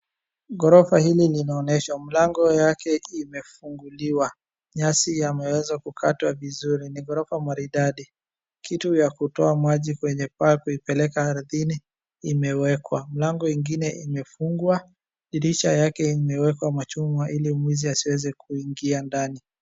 Ghorofa hili linaonyeshwa milango yake imefunguliwa. Nyasi yameweza kukatwa vizuri. Ni ghorofa maridadi. Kitu ya kutoa maji kwenye paa kuipeleka ardhini imewekwa. Mlango ingine imefungwa. Dirisha yake imewekwa machuma ili mwizi asiweze kuingia ndani.